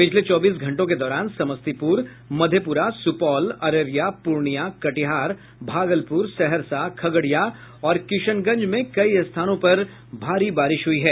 पिछले चौबीस घंटों के दौरान समस्तीपुर मधेपुरा सुपौल अररिया पूर्णिया कटिहार भागलपुर सहरसा खगड़िया और किशनगंज में कई स्थानों पर भारी बारिश हुई है